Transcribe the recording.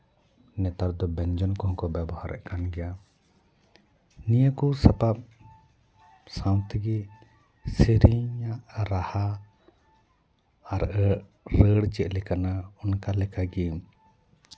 ᱱᱮᱛᱟᱨ ᱫᱚ ᱵᱮᱧᱡᱚᱱ ᱠᱚᱦᱚᱸ ᱠᱚ ᱵᱮᱵᱚᱦᱟᱨᱮᱜ ᱠᱟᱱ ᱜᱮᱭᱟ ᱱᱤᱭᱟᱹ ᱠᱚ ᱥᱟᱯᱟᱯ ᱥᱟᱶ ᱛᱮᱜᱮ ᱥᱮᱨᱮᱧᱟᱜ ᱨᱟᱦᱟ ᱟᱨ ᱨᱟᱹᱲ ᱪᱮᱫ ᱞᱮᱠᱟᱱᱟ ᱚᱱᱠᱟ ᱞᱮᱠᱟᱜᱮ